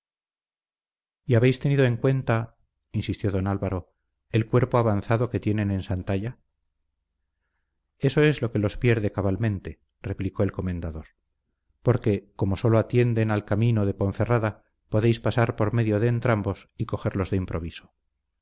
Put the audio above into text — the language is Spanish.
y habéis tenido en cuenta insistió don álvaro el cuerpo avanzado que tienen en santalla eso es lo que los pierde cabalmente replicó el comendador porque como sólo atienden al camino de ponferrada podéis pasar por medio de entrambos y cogerlos de improviso